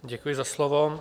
Děkuji za slovo.